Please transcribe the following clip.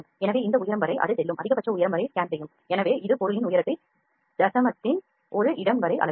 எனவே இந்த உயரம் வரை அது செல்லும் அதிகபட்ச உயரம் வரை ஸ்கேன் செய்யும் எனவே இது பொருளின் உயரத்தை தசமத்தின் ஒரு இடம் வரை அளவிடும்